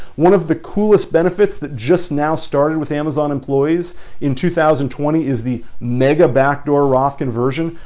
one of the coolest benefits that just now started with amazon employees in two thousand twenty is the mega backdoor roth conversion.